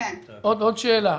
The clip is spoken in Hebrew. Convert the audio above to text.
עוד שאלה.